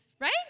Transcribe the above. Right